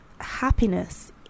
happiness